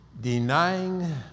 denying